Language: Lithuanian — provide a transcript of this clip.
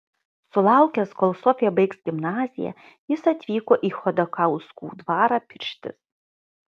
sulaukęs kol sofija baigs gimnaziją jis atvyko į chodakauskų dvarą pirštis